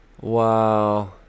Wow